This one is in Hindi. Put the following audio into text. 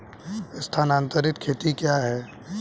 स्थानांतरित खेती क्या है?